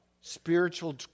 spiritual